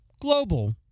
global